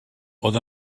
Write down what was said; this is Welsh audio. oedd